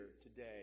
today